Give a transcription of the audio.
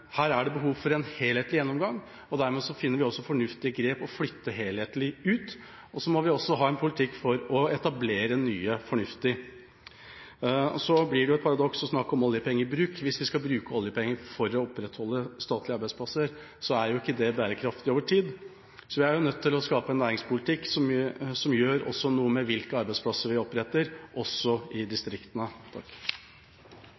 her er det behov for en helhetlig gjennomgang, og dermed finner vi også at det er et fornuftig grep å flytte helhetlig ut. Så må vi også ha en politikk for å etablere nye arbeidsplasser fornuftig. Så blir det jo et paradoks å snakke om oljepengebruk. Hvis vi skal bruke oljepenger for å opprettholde statlige arbeidsplasser, er jo ikke det bærekraftig over tid. Vi er nødt til å skape en næringspolitikk som gjør noe med hvilke arbeidsplasser vi oppretter, også i